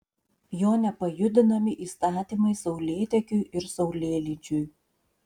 jo nepajudinami įstatymai saulėtekiui ir saulėlydžiui